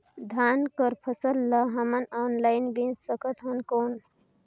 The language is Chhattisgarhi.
धान कर फसल ल हमन ऑनलाइन बेच सकथन कौन?